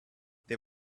they